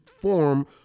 form